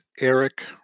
Eric